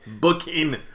booking